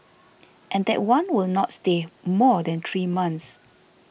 and that one will not stay more than three months